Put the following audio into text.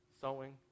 Sewing